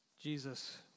Jesus